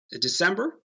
december